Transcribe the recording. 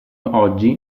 oggi